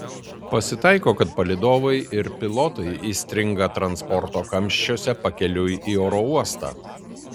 pasitaiko kad palydovai ir pilotai įstringa transporto kamščiuose pakeliui į oro uostą